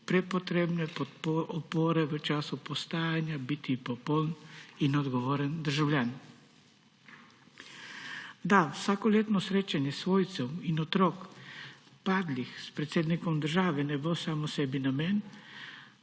prepotrebne opore v času postajanja biti popoln in odgovoren državljan. Da vsakoletno srečanje svojcev in otrok padlih s predsednikom države ne bo samo sebi namen,